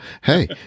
hey